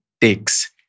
takes